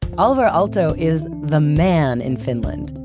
alvar aalto is the man in finland.